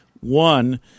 One